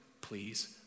please